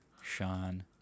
Sean